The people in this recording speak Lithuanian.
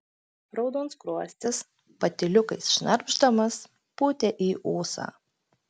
raudonskruostis patyliukais šnarpšdamas pūtė į ūsą